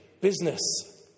business